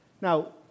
Now